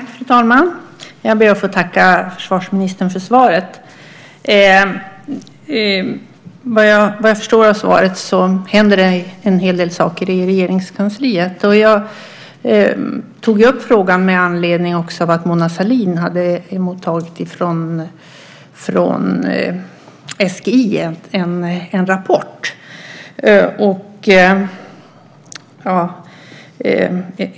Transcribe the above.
Fru talman! Jag ber att få tacka försvarsministern för svaret. Vad jag förstår av svaret händer det en hel del saker i Regeringskansliet. Jag tog upp frågan med anledning av att Mona Sahlin hade mottagit en rapport från SGI.